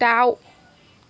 दाउ